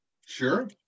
Sure